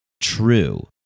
true